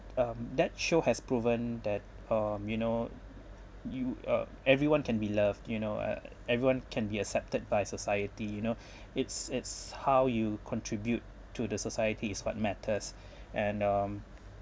um that show has proven that uh you know you ugh everyone can be loved you know e~ everyone can be accepted by society you know it's it's how you contribute to the society is what matters and um